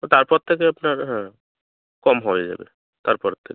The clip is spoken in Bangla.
তারপর থেকে আপনার হ্যাঁ কম হয়ে যাবে তারপরের থেকে